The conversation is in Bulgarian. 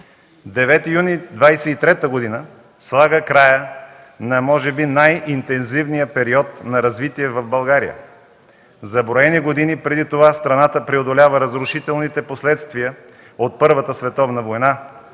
9 юни 1923 г. слага края на може би най-интензивния период на развитие в България. За броени години преди това страната преодолява разрушителните последствия от Първата световна война,